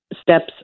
steps